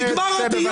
נגמר הדיון.